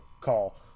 call